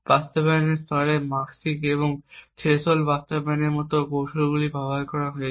বাস্তবায়ন স্তরে মাস্কিং এবং থ্রেশহোল্ড বাস্তবায়নের মতো কৌশলগুলি ব্যবহার করা হয়েছে